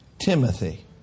Timothy